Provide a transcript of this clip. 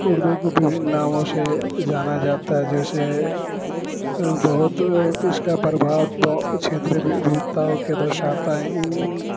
اردو کو ببھن ناموں شے جانا جاتا ہے جیشے بہت اس کا پربھاؤ بو چھیتر ووھتاؤں کے درشاتا ہے ان